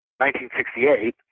1968